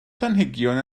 planhigion